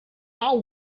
are